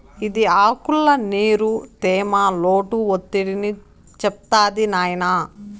ఇది ఆకుల్ల నీరు, తేమ, లోటు ఒత్తిడిని చెప్తాది నాయినా